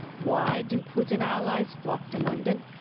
why do putin allies flock to london?